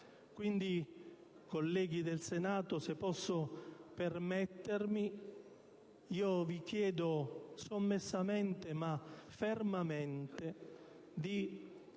Colleghi del Senato, se posso permettermi, io vi chiedo sommessamente ma fermamente di